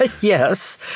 Yes